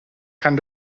kann